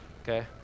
Okay